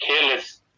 careless